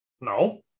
No